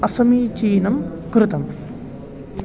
असमीचीनं कृतम्